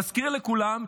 מזכיר לכולם,